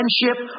friendship